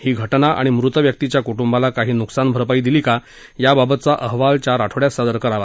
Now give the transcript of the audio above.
ही घाजा आणि मृत व्यक्तीच्या कुंदूबाला काही नुकसान भरपाई दिली का याबाबतचा अहवाल चार आठवड्यात सादर करावा